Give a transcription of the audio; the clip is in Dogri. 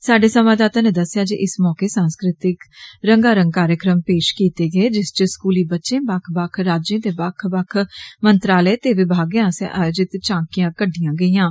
साढ़े संवाददाता नै दस्सेआ इस मौके पर सांस्कृति रंगा रंग कार्जक्रम पेष कीते गे जिय च स्कूली बच्चे ते बक्ख बक्ख राज्यें ते बक्ख बक्ख मंत्रालयें ते विभागें आस्सेआ आयोजित कितियां गेदियां ही